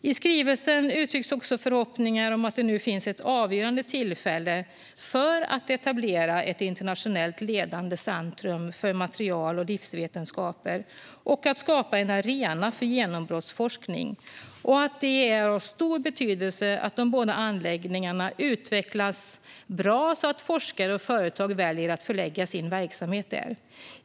I skrivelsen uttrycks också förhoppningar om att det nu finns ett avgörande tillfälle att etablera ett internationellt ledande centrum för material och livsvetenskaper och att skapa en arena för genombrottsforskning samt att det är av stor betydelse att de båda anläggningarna utvecklas bra, så att forskare och företag väljer att förlägga verksamheten dit.